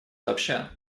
сообща